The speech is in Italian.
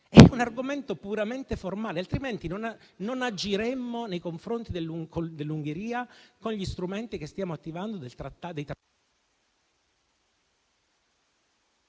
è un argomento puramente formale, altrimenti non agiremmo nei confronti del dell'Ungheria con gli strumenti dei trattati